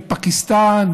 מפקיסטן,